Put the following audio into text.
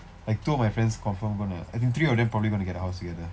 I told my friends confirm gonna I think three of them probably gonna get a house together